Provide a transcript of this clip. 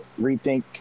rethink